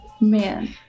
Man